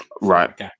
right